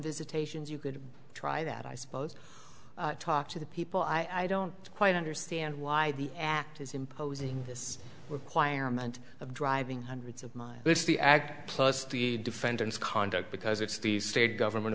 visitations you could try that i suppose talk to the people i don't quite understand why the act is imposing this requirement of driving hundreds of this the act plus the defendant's conduct because it's the state government